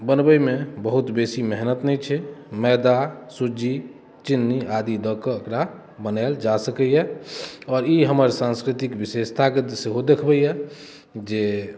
बनबैमे बहुत बेसी मेहनत नहि छै मैदा सुज्जी चिन्नी आदि दअ कऽ एकरा बनायल जा सकैए आओर ई हमर साँस्कृतिक विशेषताके सेहो देखबैए जे